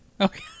Okay